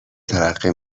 ترقه